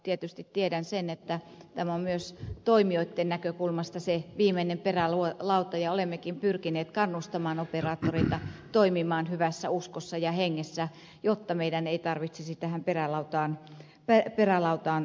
tietysti tiedän sen että tämä on myös toimijoitten näkökulmasta se viimeinen perälauta ja olemmekin pyrkineet kannustamaan operaattoreita toimimaan hyvässä uskossa ja hengessä jotta meidän ei tarvitsisi tähän perälautaan tarttua